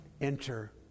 Enter